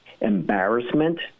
embarrassment